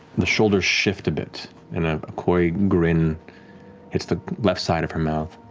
the shoulders shift a bit and a coy grin hits the left side of her mouth.